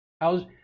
how's